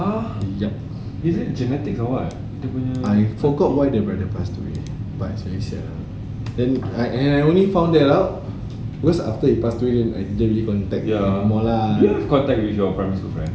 yup I forgot why the brother passed away but it's really sad ah then I only found out cause after he passed away then he contact no lah